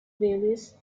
various